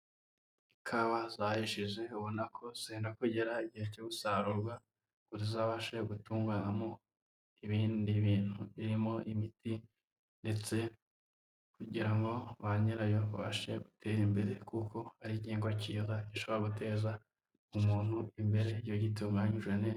Ikawa zahishije ubona ko zenda kugera igihe cyo gusarurwa, ngo zizabashe gutunganywamo ibindi bintu birimo imiti ndetse kugira ngo ba nyirayo babashe gutera imbere kuko ari igihingwa kiza, gishobora guteza umuntu imbere iyo gitunganyijwe neza.